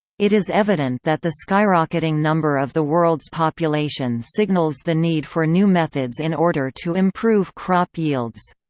it is evident that the skyrocketing number of the world's population signals the need for new methods in order to improve crop yields.